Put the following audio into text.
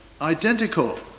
identical